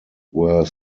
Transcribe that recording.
were